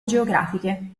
geografiche